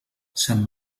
sant